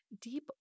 Deep